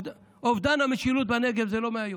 אובדן המשילות בנגב זה לא מהיום,